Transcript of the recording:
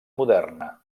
moderna